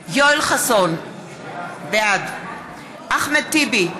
חסון, בעד אחמד טיבי,